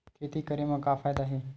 खेती करे म का फ़ायदा हे?